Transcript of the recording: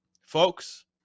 folks